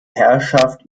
herrschaft